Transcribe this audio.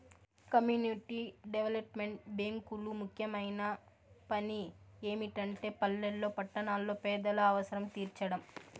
community development బ్యేంకులు ముఖ్యమైన పని ఏమిటంటే పల్లెల్లో పట్టణాల్లో పేదల అవసరం తీర్చడం